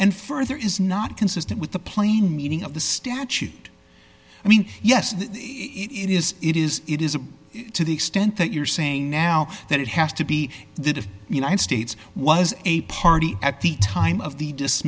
and further is not consistent with the plain meaning of the statute i mean yes it is it is it is a to the extent that you're saying now that it has to be that if united states was a party at the time of the